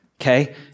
okay